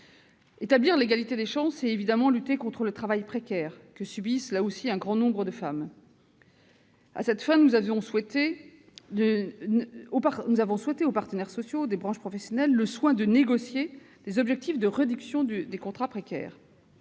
Établir l'égalité des chances, c'est évidemment lutter contre le travail précaire, que subit, là aussi, un grand nombre de femmes. À cette fin, nous avons laissé aux partenaires sociaux des branches professionnelles le soin de négocier des objectifs de réduction du nombre de contrats précaires.